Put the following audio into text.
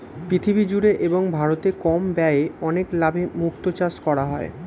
পৃথিবী জুড়ে এবং ভারতে কম ব্যয়ে অনেক লাভে মুক্তো চাষ করা হয়